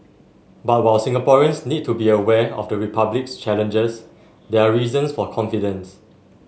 but while Singaporeans need to be aware of the Republic's challenges there are reasons for confidence